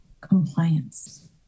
compliance